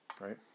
right